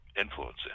influence